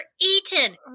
eaten